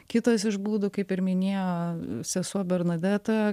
kitas iš būdų kaip ir minėjo sesuo bernadeta